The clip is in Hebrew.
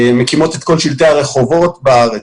מקימות את כל שלטי הרחובות בארץ.